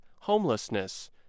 homelessness